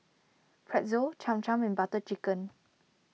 Pretzel Cham Cham and Butter Chicken